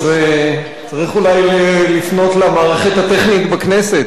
אז צריך אולי לפנות למערכת הטכנית בכנסת